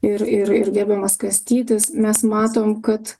ir ir ir gerbiamas kąstytis mes matom kad